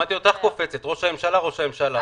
שמעתי אותך קופצת: ראש הממשלה, ראש הממשלה.